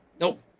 Nope